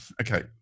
okay